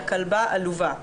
יה כלבה עלובה.